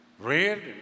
Red